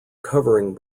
covering